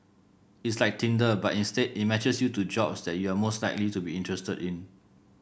it's like Tinder but instead it matches you to jobs that you are most likely to be interested in